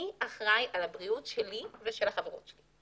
מי אחראי על הבריאות שלי ושל החברות שלי?